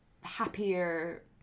happier